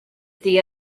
the